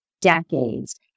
decades